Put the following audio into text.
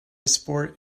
sport